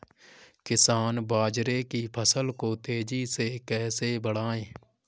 किसान बाजरे की फसल को तेजी से कैसे बढ़ाएँ?